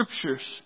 Scriptures